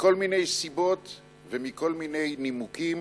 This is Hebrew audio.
מכל מיני סיבות ומכל מיני נימוקים